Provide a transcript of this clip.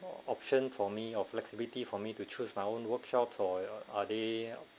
o~ option for me or flexibility for me to choose my own workshops or are they